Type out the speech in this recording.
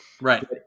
Right